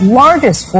largest